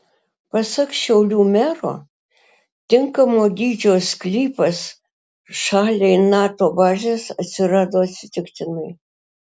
pasak šiaulių mero tinkamo dydžio sklypas šaliai nato bazės atsirado atsitiktinai